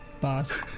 boss